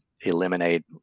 eliminate